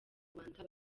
rwanda